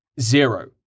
zero